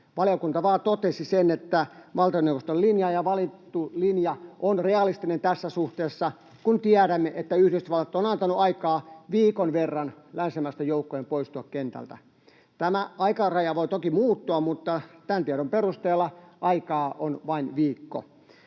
Valiokunta vain totesi sen, että valtioneuvoston linja ja valittu linja on realistinen tässä suhteessa, kun tiedämme, että Yhdysvallat on antanut aikaa viikon verran länsimaisten joukkojen poistumiseen kentältä. Tämä aikaraja voi toki muuttua, mutta tämän tiedon perusteella aikaa on vain viikko.